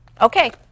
Okay